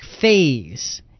phase